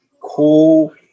cool